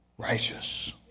Righteous